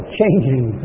changing